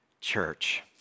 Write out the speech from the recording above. church